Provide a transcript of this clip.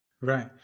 Right